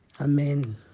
amen